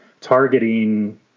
targeting